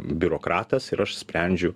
biurokratas ir aš sprendžiu